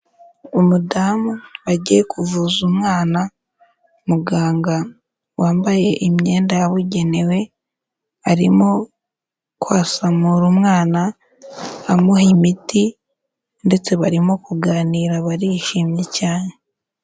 Umudamu wagiye kuvuza umwana, muganga wambaye imyenda yabugenewe, arimo kwasamura umwana, amuha imiti ndetse barimo kuganira, barishimye cyane.